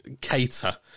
cater